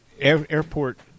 airport